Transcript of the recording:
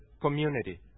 community